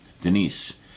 Denise